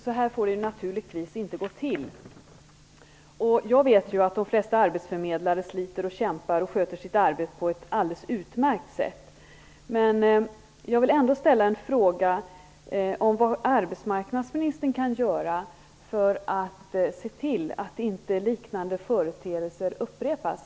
Så får det naturligtvis inte går till. Jag vet ju att de flesta av arbetsförmedlarna sliter och kämpar och sköter sitt arbete på ett alldeles utmärkt sätt, men jag vill ändå ställa en fråga om vad arbetsmarknadsministern kan göra för att se till att liknande företeelser inte upprepas.